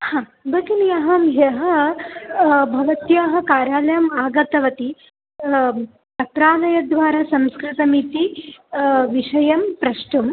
हा भगिनि अहं ह्यः भवत्याः कार्यालयम् आगतवती पत्रालयद्वारा संस्कृतमिति विषयं प्रष्टुं